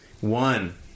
One